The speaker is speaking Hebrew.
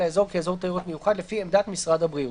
האזור כאזור תיירות מיוחד לפי עמדת משרד הבריאות,